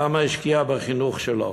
כמה היא השקיעה בחינוך שלו?